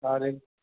कारे